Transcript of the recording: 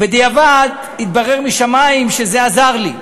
בדיעבד התברר שמשמים, זה עזר לי.